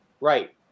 Right